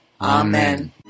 Amen